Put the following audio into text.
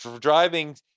driving